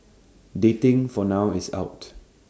dating for now is out